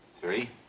Three